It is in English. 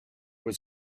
was